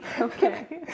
Okay